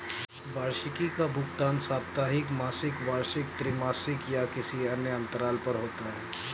वार्षिकी का भुगतान साप्ताहिक, मासिक, वार्षिक, त्रिमासिक या किसी अन्य अंतराल पर होता है